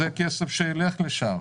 זה כסף שילך לשם.